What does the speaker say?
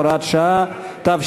הוראת שעה) (תיקון),